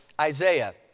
Isaiah